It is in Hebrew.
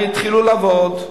התחילו לעבוד,